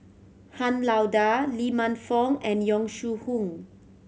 Han Lao Da Lee Man Fong and Yong Shu Hoong